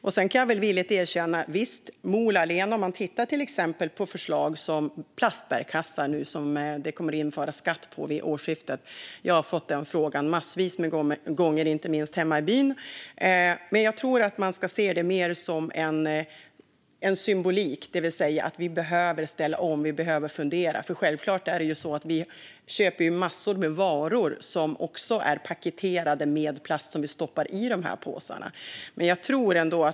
När det gäller förslaget om skatt på plastkassar från årsskiftet har jag fått en massa frågor om det, inte minst hemma i byn. Jag tror att man får se det symboliskt. Vi behöver ju fundera och ställa om. Vi köper ändå massor av varor som är paketerade i plast, som vi stoppar i dessa kassar.